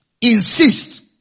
Insist